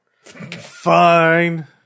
Fine